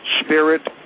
spirit